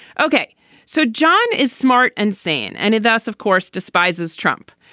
ok so john is smart and sane and it does of course despises trump.